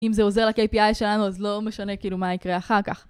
אם זה עוזר ל-KPI שלנו, אז לא משנה כאילו מה יקרה אחר כך.